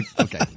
Okay